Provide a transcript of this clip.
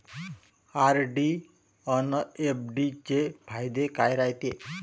RD अन FD चे फायदे काय रायते?